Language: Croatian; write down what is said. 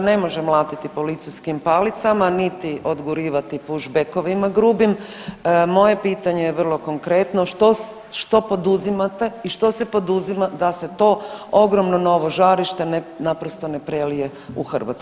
ne može mlatiti policijskim palicama niti odgurivati pušbekovima grubim moje pitanje je vrlo konkretno, što poduzimate i što se poduzima da se to ogromno novo žarište ne naprosto ne prelije u Hrvatsku?